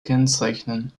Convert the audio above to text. kennzeichnen